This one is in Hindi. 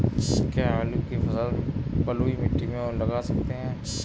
क्या आलू की फसल बलुई मिट्टी में लगा सकते हैं?